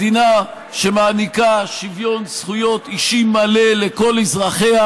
מדינה שמעניקה שוויון זכויות אישי מלא לכל אזרחיה,